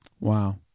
Wow